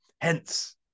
hence